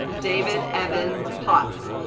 david evan pot